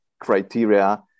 criteria